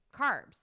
carbs